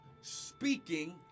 speaking